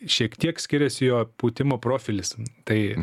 šiek tiek skiriasi jo pūtimo profilis tai